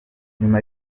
nyuma